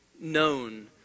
known